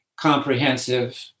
comprehensive